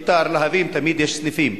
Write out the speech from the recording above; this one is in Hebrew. מיתר, להבים, תמיד יש סניפים.